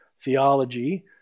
theology